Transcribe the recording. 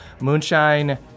Moonshine